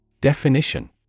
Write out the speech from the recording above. Definition